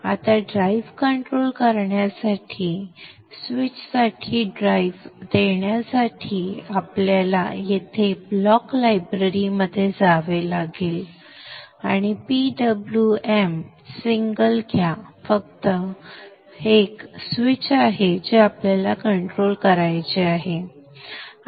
आता ड्राइव्ह नियंत्रित करण्यासाठी स्विचसाठी ड्राइव्ह देण्यासाठी आपल्याला येथे ब्लॉक लायब्ररी मध्ये जावे लागेल आणि PWM सिंगल घ्या कारण हे फक्त एक स्विच आहे जे आपल्याला कंट्रोल करायचे आहे